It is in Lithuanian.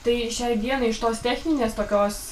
tai šiai dienai iš tos techninės tokios